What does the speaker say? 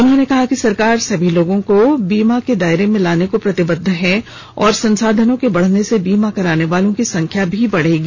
उन्होंने कहा कि सरकार सभी लोगों को बीमा के दायरे में लाने को प्रतिबद्ध है और संसाधनों के बढ़ने से बीमा कराने वालों की संख्या भी बढेगी